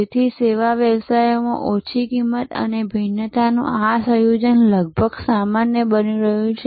તેથી સેવા વ્યવસાયોમાં ઓછી કિંમત અને ભિન્નતાનું આ સંયોજન લગભગ સામાન્ય બની રહ્યું છે